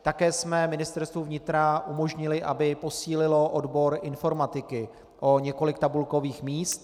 Také jsme Ministerstvu vnitra umožnili, aby posílilo odbor informatiky o několik tabulkových míst.